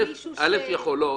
יכול.